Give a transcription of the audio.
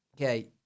Okay